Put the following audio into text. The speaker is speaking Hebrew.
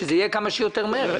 שזה יהיה כמה שיותר מהר.